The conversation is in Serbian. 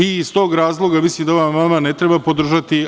Iz tog razloga mislim da ovaj amandman ne treba podržati.